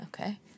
Okay